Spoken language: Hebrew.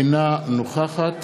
אינה נוכחת